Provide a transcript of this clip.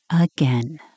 again